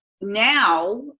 Now